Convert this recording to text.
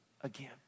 again